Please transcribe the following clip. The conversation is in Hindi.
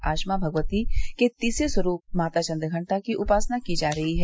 आज मॉ भगवती के तीसरे स्वरूप माता चन्द्रघण्टा की उपासना की जा रही है